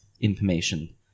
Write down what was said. information